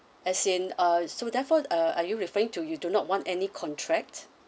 as in uh so therefore uh are you referring to you do not want any contract